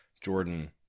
Jordan